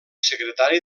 secretari